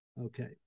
Okay